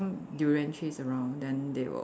durian trees around then they will